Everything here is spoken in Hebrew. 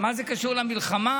מה זה קשור למלחמה?